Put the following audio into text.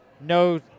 No